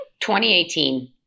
2018